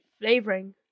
flavoring